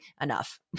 enough